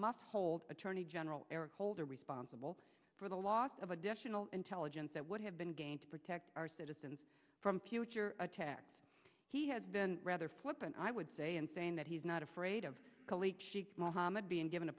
must hold attorney general eric holder responsible for the loss of additional intelligence that would have been gained to protect our citizens from attacks he has been rather flippant i would say in saying that he's not afraid of mohammad being given